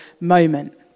moment